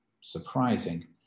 surprising